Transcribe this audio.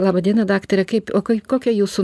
laba diena daktare kaip o kai kokia jūsų